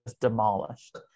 demolished